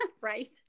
right